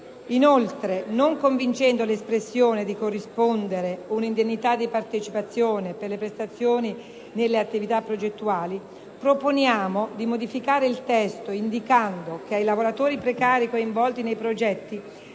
Inoltre, non convincendo l'espressione di corrispondere un'indennità di partecipazione per le prestazioni nelle attività progettuali, proponiamo di modificare il testo indicando che ai lavoratori precari coinvolti nei progetti